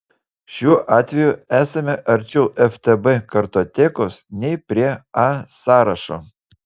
šiuo atveju esame arčiau ftb kartotekos nei prie a sąrašo